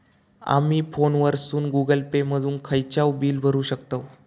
आमी फोनवरसून Google Pay मधून खयचाव बिल भरुक शकतव